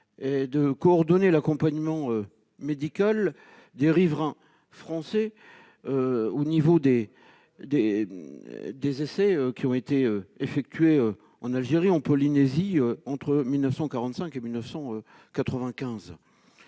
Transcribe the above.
est de coordonner l'accompagnement médical des riverains français des essais ayant été effectués en Algérie et en Polynésie entre 1945 et 1995.